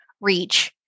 reach